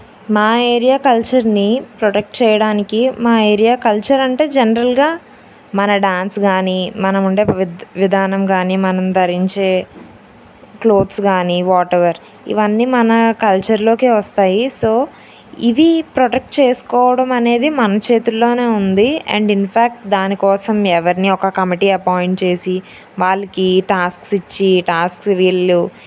మా ఏరియా కల్చర్ని ప్రొటెక్ట్ చేయడానికి మా ఏరియా కల్చర్ అంటే జనరల్గా మన డ్యాన్స్ కానీ మనం ఉండే విధా విధానం కానీ మనం ధరించే క్లోత్స్ కానీ వాటెవర్ ఇవన్నీ మన కల్చర్లోకే వస్తాయి సో ఇవి ప్రొటెక్ట్ చేసుకోవడం అనేది మన చేతుల్లోనే ఉంది అండ్ ఇన్ఫ్యాక్ట్ దానికోసం ఎవరిని ఒక కమిటీ అపాయింట్ చేసి వాళ్ళకి టాస్క్స్ ఇచ్చి ఈ టాస్క్స్ వీళ్ళు